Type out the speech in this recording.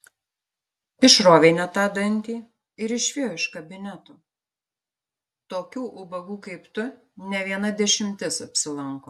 išrovė ne tą dantį ir išvijo iš kabineto tokių ubagų kaip tu ne viena dešimtis apsilanko